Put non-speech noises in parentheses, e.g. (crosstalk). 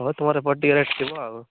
ହଁ ତୁମର ଏପଟେ ଟିକେ (unintelligible) ଥିବ ଆଉ